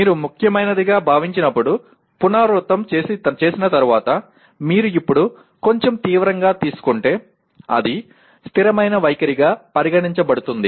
మీరు ముఖ్యమైనదిగా భావించినప్పుడు పునరావృతం చేసిన తరువాత మీరు ఇప్పుడు కొంచెం తీవ్రంగా తీసుకుంటే అది స్థిరమైన వైఖరిగా పరిగణించబడుతుంది